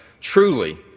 truly